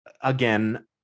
again